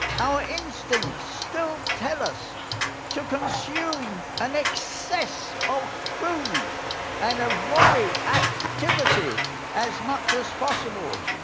our instincts still tell us to consume an excess of food and avoid activity as much as possible.